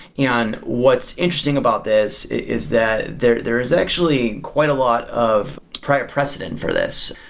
yeah and what's interesting about this is that there there is actually quite a lot of prior president for this.